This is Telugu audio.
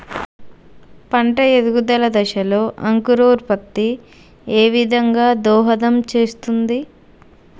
పంట పెరుగుదల దశలో అంకురోత్ఫత్తి ఏ విధంగా దోహదం చేస్తుంది?